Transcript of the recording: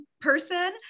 person